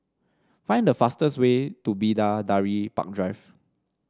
find the fastest way to Bidadari Park Drive